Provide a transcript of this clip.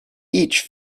each